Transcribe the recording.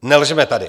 Nelžeme tady!